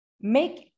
make